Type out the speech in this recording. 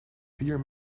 vier